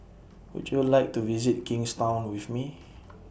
Would YOU like to visit Kingstown with Me